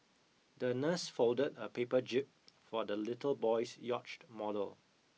the nurse folded a paper jib for the little boy's yacht model